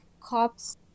cops